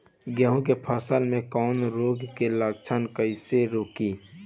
गेहूं के फसल में कवक रोग के लक्षण कईसे रोकी?